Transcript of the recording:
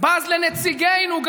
בז לנציגינו,